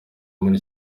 muri